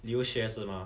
留学是吗